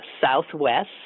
southwest